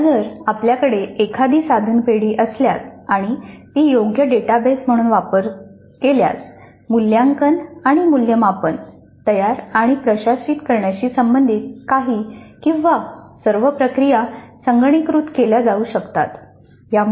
एकदा जर आपल्याकडे एखादी साधन पेढी असल्यास आणि ती योग्य डेटाबेस म्हणून तयार केल्यास मूल्यांकन आणि मूल्यमापन तयार आणि प्रशासित करण्याशी संबंधित काही किंवा सर्व प्रक्रिया संगणकीकृत केल्या जाऊ शकतात